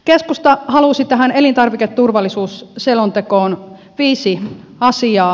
keskusta halusi tähän elintarviketurvallisuusselontekoon viisi asiaa